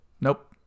Nope